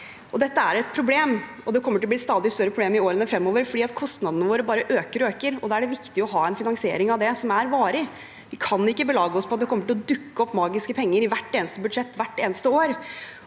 Dette er et problem, og det kommer til å bli et stadig større problem i årene fremover fordi kostnadene våre bare øker og øker, og da er det viktig å ha en finansiering av det som er varig. Vi kan ikke belage oss på at det kommer til å dukke opp magiske penger i hvert eneste budsjett hvert eneste år.